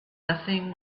nothing